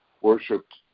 worshipped